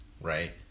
Right